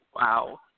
Wow